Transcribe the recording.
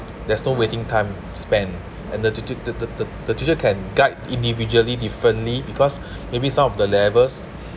there's no waiting time spend and the teacher the the the the teacher can guide individually differently because maybe some of the levels